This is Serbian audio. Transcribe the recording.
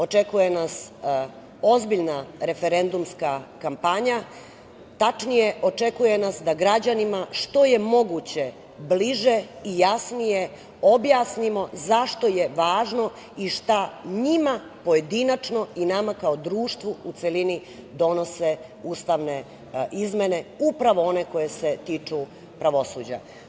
Očekuje nas ozbiljna referendumska kampanja, tačnije očekuje nas da građanima što je moguću bliže i jasnije objasnimo zašto je važno i šta njima pojedinačno i nama kao društvu u celini donose ustavne izmene, upravo one koje se tiču pravosuđa.